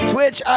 Twitch